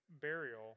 burial